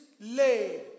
lay